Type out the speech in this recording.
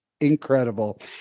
incredible